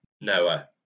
Noah